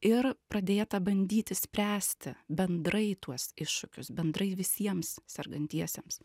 ir pradėta bandyti spręsti bendrai tuos iššūkius bendrai visiems sergantiesiems